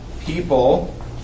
people